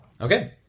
Okay